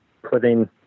putting